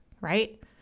right